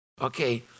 Okay